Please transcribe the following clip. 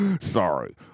Sorry